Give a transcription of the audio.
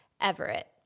Everett